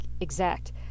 exact